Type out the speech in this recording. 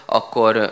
akkor